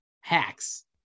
hacks